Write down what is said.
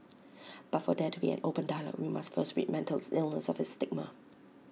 but for there to be an open dialogue we must first rid mental illness of its stigma